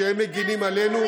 כי כשהם מגינים עלינו,